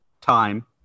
time